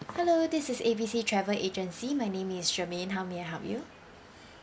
hello this is A B C travel agency my name is charmaine how may I help you